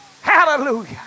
Hallelujah